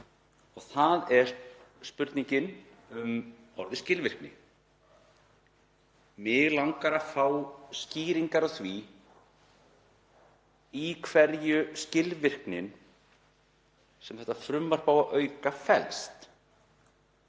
Það er spurning um orðið skilvirkni. Mig langar að fá skýringar á því í hverju skilvirknin felst sem þetta frumvarp á að auka? Felst